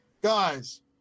guys